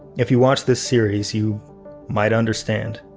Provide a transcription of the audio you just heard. if you watched this series, you might understand.